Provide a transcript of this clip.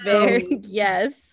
yes